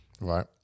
Right